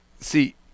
See